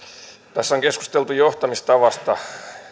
tässä on keskusteltu johtamistavasta